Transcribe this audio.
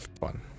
fun